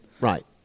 Right